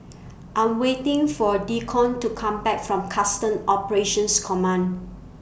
I'm waiting For Deacon to Come Back from Customs Operations Command